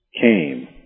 came